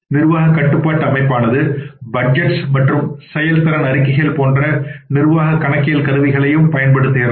நிர்வாக கட்டுப்பாட்டு அமைப்பானது பட்ஜெட்டுகள் மற்றும் செயல்திறன் அறிக்கைகள் போன்ற நிர்வாக கணக்கியல் கருவிகளைப் பயன்படுத்துகிறது